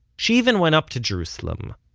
she even went up to jerusalem,